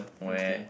okay